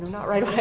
not right away.